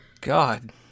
God